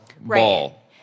ball